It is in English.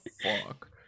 fuck